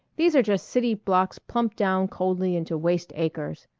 these are just city blocks plumped down coldly into waste acres.